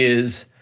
is